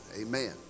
amen